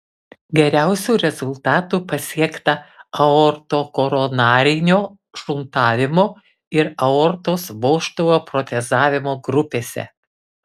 geriausių rezultatų pasiekta aortokoronarinio šuntavimo ir aortos vožtuvo protezavimo grupėse